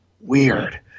Weird